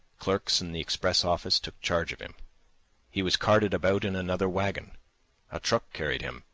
clerks in the express office took charge of him he was carted about in another wagon a truck carried him,